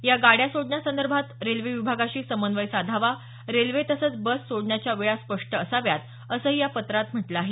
या गाड्या सोडण्यासंदर्भात रेल्वे विभागाशी समन्यव साधावा रेल्वे तसंच बस सोडण्याच्या वेळा स्पष्ट असाव्यात असंही या पत्रात म्हटलं आहे